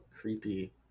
creepy